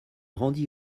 rendit